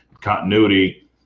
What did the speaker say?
continuity